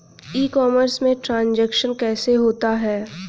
ई commerce में transaction कैसे होता है?